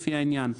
לפי העניין,